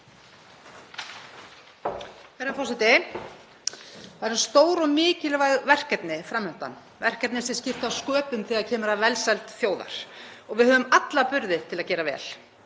Það eru stór og mikilvæg verkefni fram undan, verkefni sem skipta sköpum þegar kemur að velsæld þjóðar. Við höfum alla burði til að gera vel,